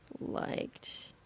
liked